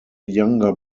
younger